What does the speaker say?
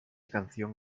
canción